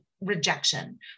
rejection